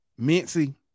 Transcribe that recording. Mincy